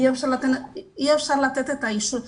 אי אפשר לתת את האישור.